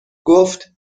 گفت